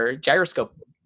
gyroscope